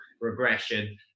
regression